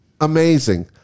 amazing